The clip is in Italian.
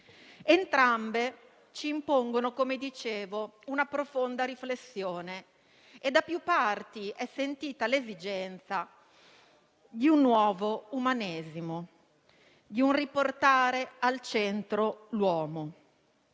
Entrambe ci impongono una profonda riflessione e, da più parti, è sentita l'esigenza di un nuovo umanesimo, di riportare al centro l'uomo.